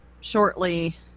Shortly